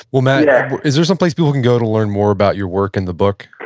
um and is there some place people can go to learn more about your work and the book?